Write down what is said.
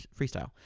freestyle